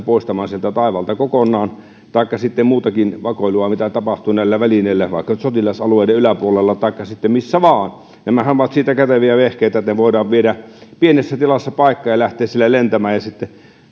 poistamaan sieltä taivaalta kokonaan taikka sitten estämään muutakin vakoilua mitä tapahtuu näillä välineillä vaikka nyt sotilasalueiden yläpuolella taikka missä vain nämähän ovat siitä käteviä vehkeitä että ne voidaan viedä pienessä tilassa paikkaan ja lähettää siitä lentämään ja sitten